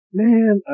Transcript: man